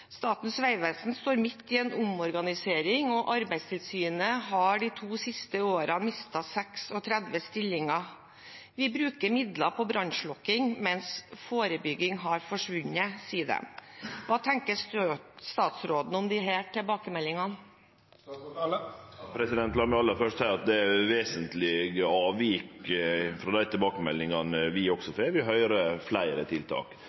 Statens vegvesen står midt i en omorganisering, og Arbeidstilsynet har de to siste årene mistet 36 stillinger. Vi bruker midler på brannslukking mens forebygging har forsvunnet, sier de. Hva tenker statsråden om disse tilbakemeldingene? La meg aller først seie at det er vesentlege avvik frå dei tilbakemeldingane vi også får. Vi høyrer om fleire tiltak.